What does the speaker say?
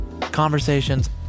conversations